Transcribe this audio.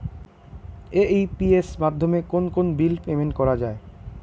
AEPS মাধ্যমে কোন কোন বিল পেমেন্ট করা যায়?